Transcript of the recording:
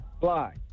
Fly